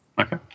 Okay